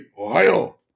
Ohio